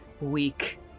weak